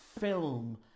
film